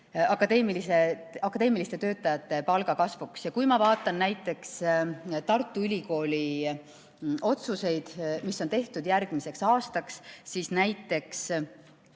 akadeemiliste töötajate palga kasvuks. Kui ma vaatan näiteks Tartu Ülikooli otsuseid, mis on tehtud järgmiseks aastaks, siis näiteks